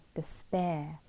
despair